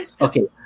Okay